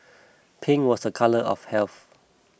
pink was a colour of health